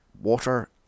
water